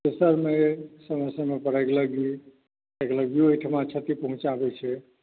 तेसरमे यऽ समय समय पर आगिलगी आगिलगियो एहिठमा क्षति पहुंँचाबैत छै